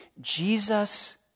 Jesus